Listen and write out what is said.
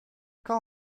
call